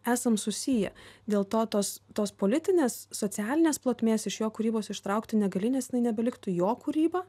esam susiję dėl to tos tos politinės socialinės plotmės iš jo kūrybos ištraukti negali nes jinai nebeliktų jo kūryba